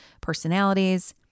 Personalities